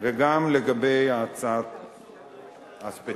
וגם לגבי ההצעה הספציפית.